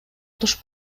туш